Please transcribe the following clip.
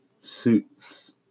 suits